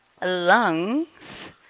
lungs